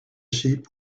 sheep